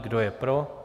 Kdo je pro?